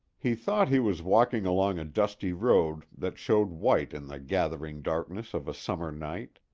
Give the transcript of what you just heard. he thought he was walking along a dusty road that showed white in the gathering darkness of a summer night.